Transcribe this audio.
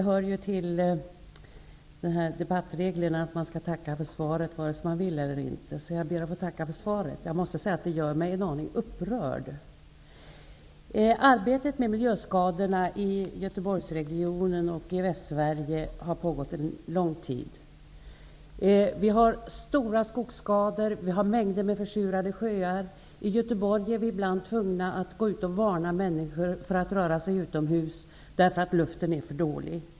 Fru talman! Det hör till debattreglerna att man skall tacka för svaret vare sig man vill det eller ej. Så jag ber att få tacka för svaret. Jag måste säga att det gör mig en aning uppröd. Arbetet med miljöskadorna i Göteborgsregionen och i Västsverige har pågått en lång tid. Vi har stora skogsskador, mängder med försurade sjöar. I Göteborg är vi ibland tvungna att varna människor för att röra sig utomhus, därför att luften är för dålig.